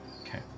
Okay